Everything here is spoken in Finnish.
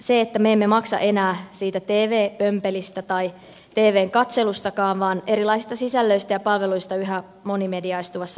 se että me emme maksa enää siitä tv pömpelistä tai tvn katselustakaan vaan erilaisista sisällöistä ja palveluista yhä monimediaistuvassa yleisradiossa